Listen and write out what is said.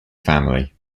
family